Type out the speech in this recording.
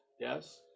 yes